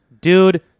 Dude